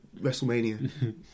WrestleMania